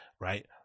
right